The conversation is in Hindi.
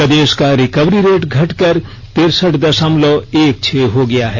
प्रदेश का रिकवरी रेट घटकर तिरसठ दशमलव एक छह हो गया है